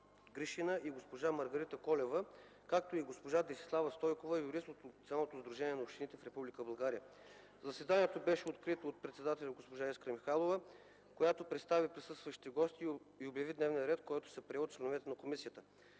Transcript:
Гришина и госпожа Маргарита Колева, както и госпожа Десислава Стойкова – юрист от Националното сдружение на общините в Република България. Заседанието беше открито от председателят госпожа Искра Михайлова, която представи присъстващите гости и обяви дневния ред, който се прие от членовете на комисията.